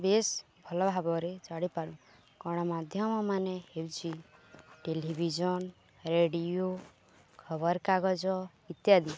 ବେଶ୍ ଭଲ ଭାବରେ ଜାଣିପାରୁ ଗଣମାଧ୍ୟମ ମାନେ ହେଉଛି ଟେଲିଭିଜନ୍ ରେଡ଼ିଓ ଖବରକାଗଜ ଇତ୍ୟାଦି